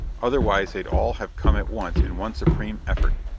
otherwise they'd all have come at once in one supreme effort.